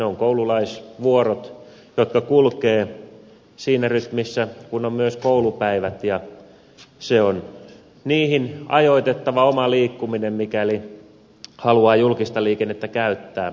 ne ovat koululaisvuorot jotka kulkevat samassa rytmissä kuin on myös koulupäivät ja se on niihin ajoitettava oma liikkuminen mikäli haluaa julkista liikennettä käyttää